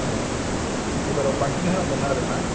अ एबाराव बांसिन होनांगोन आरो ना